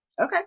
Okay